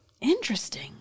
interesting